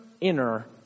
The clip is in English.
inner